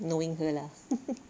knowing her lah